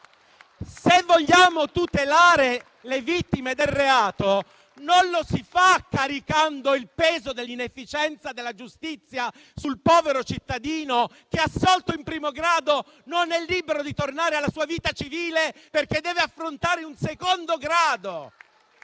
Se vogliamo tutelare le vittime del reato, non lo si fa caricando il peso dell'inefficienza della giustizia sul povero cittadino che, assolto in primo grado, non è libero di tornare alla sua vita civile, perché deve affrontare un secondo grado.